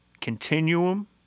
Continuum